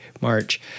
March